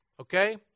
okay